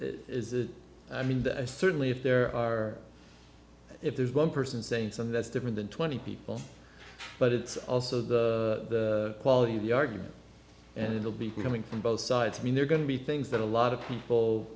that i mean that certainly if there are if there's one person saying some that's different than twenty people but it's also the quality of the argument and it will be coming from both sides i mean they're going to be things that a lot of people